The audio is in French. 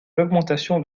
l’augmentation